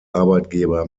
arbeitgeber